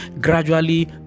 Gradually